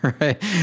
right